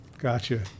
gotcha